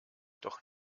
doch